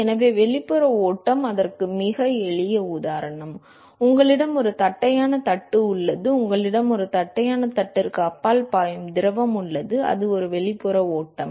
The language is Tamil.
எனவே வெளிப்புற ஓட்டம் அதற்கு மிக எளிய உதாரணம் உங்களிடம் ஒரு தட்டையான தட்டு உள்ளது உங்களிடம் இந்த தட்டையான தட்டுக்கு அப்பால் பாயும் திரவம் உள்ளது அது ஒரு வெளிப்புற ஓட்டம்